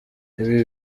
ibi